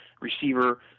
Receiver